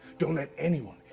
don't let anyone,